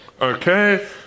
Okay